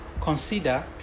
consider